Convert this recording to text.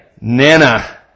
Nana